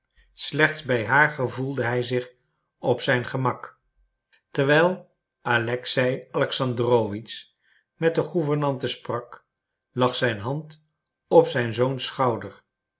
slechts bij haar gevoelde hij zich op zijn gemak terwijl alexei alexandrowitsch met de gouvernante sprak lag zijn hand op zijn zoons schouder